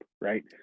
Right